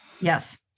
Yes